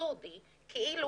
אבסורדי כאילו